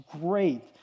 great